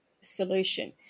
solution